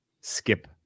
skip